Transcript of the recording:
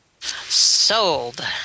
Sold